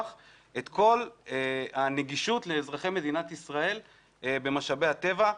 את כל הנגישות לאזרחי מדינת ישראל במשאבי הטבע.